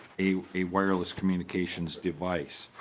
a a wireless communications device.